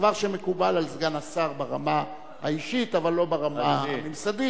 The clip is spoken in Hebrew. דבר שמקובל על סגן השר ברמה האישית אבל לא ברמה הממסדית,